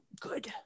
good